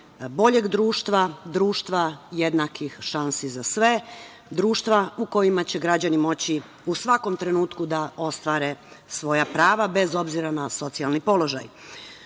boljeg društva, društva jednakih šansi za sve, društva u kojima će građani moći u svakom trenutku da ostvare svoja prava, bez obzira na socijalni